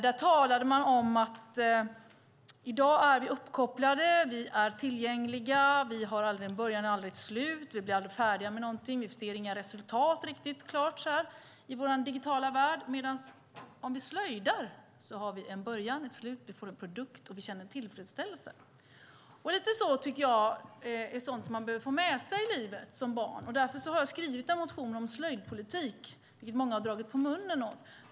Där talade man om att vi i dag är uppkopplade. Vi är tillgängliga. Vi har aldrig en början och aldrig något slut. Vi blir aldrig färdiga med någonting. Vi ser inga riktigt klara resultat i vår digitala värld. Men om vi slöjdar har vi en början och ett slut. Vi får en produkt, och vi känner tillfredsställelse. Lite sådant tycker jag att man behöver få med sig i livet som barn. Därför har jag skrivit en motion som slöjdpolitik, vilket många har dragit på munnen åt.